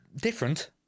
different